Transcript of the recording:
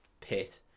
pit